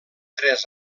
tres